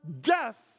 death